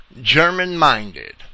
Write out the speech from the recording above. German-minded